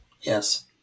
Yes